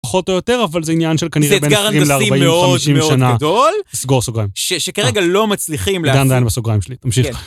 פחות או יותר, אבל זה עניין של כנראה בין 40 ל-40, 50 שנה. סגור סוגריים. שכרגע לא מצליחים לעשות. עדיין דיין בסוגריים שלי, תמשיך.